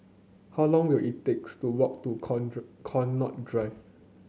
how long will it takes to walk to Connaught Drive